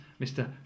Mr